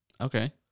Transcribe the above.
Okay